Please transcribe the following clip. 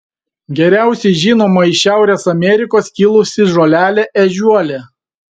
geriausiai žinoma iš šiaurės amerikos kilusi žolelė ežiuolė